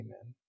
Amen